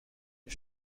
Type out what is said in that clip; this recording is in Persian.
این